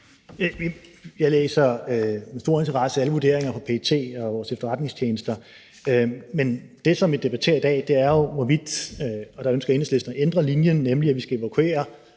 Jeg læser med stor interesse alle vurderinger fra PET og vores efterretningstjenester i det hele taget, men det, som vi debatterer i dag, er jo vores linje. Der ønsker Enhedslisten at ændre linjen, sådan at vi skal evakuere